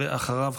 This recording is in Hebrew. ואחריו,